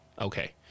Okay